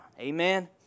Amen